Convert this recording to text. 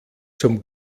zum